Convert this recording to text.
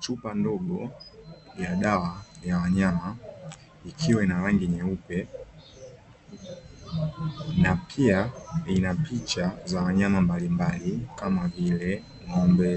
Chupa ndogo ya dawa ya wanyama ikiwa ina rangi nyeupe na pia ina picha za wanyama mbalimbali kama vile; ng'ombe,